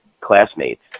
classmates